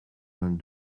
vingt